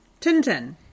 Tintin